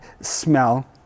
smell